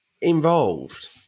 involved